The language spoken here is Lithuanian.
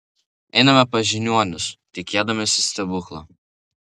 einame pas žiniuonius tikėdamiesi stebuklo